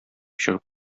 чыгып